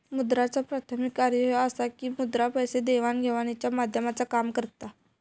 मुद्राचा प्राथमिक कार्य ह्या असा की मुद्रा पैसे देवाण घेवाणीच्या माध्यमाचा काम करता